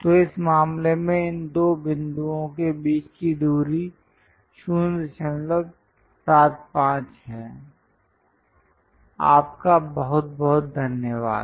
तो इस मामले में इन दो बिंदुओं के बीच की दूरी 075 है